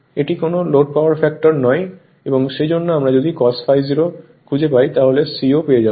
এটি কোন load power factor নয় এবং সেইজন্য আমরা যদি cos ∅ 0 খুঁজে পাই তাহলে c ও পেয়ে যাব